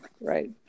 right